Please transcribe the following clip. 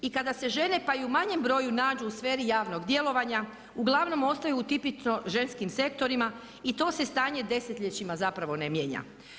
I kada se žene, pa i u manjem broju nađu u sferi javnog djelovanja uglavnom ostaju u tipično ženskim sektorima i to se stanje desetljećima zapravo ne mijenja.